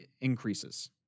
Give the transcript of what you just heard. increases